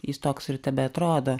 jis toks ir tebeatrodo